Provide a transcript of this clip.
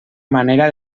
manera